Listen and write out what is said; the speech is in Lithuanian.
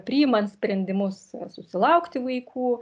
priimant sprendimus susilaukti vaikų